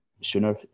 sooner